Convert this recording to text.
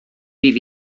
bydd